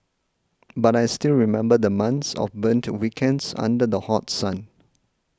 but I still remember the months of burnt weekends under the hot sun